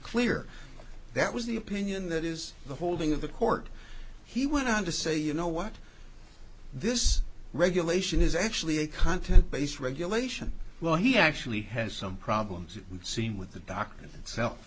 clear that was the opinion that is the holding of the court he went on to say you know what this regulation is actually a content based regulation well he actually has some problems we've seen with the doctor itself